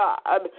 God